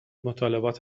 مطالبات